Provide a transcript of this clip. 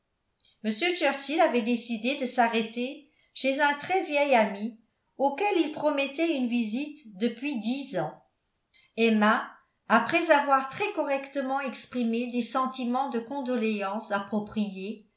churchill avait décidé de s'arrêter chez un très vieil ami auquel il promettait une visite depuis dix ans emma après avoir très correctement exprimé des sentiments de condoléance appropriés